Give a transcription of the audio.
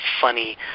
funny